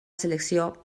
selecció